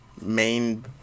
main